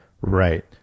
Right